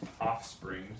offspring